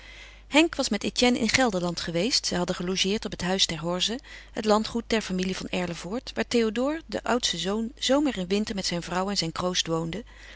henk was met etienne in gelderland geweest zij hadden gelogeerd op het huis ter horze het landgoed der familie van erlevoort waar theodore de oudste zoon zomer en winter met zijn vrouw en zijn kroost woonde